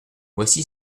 voici